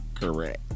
Correct